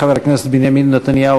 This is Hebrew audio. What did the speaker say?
חבר הכנסת בנימין נתניהו,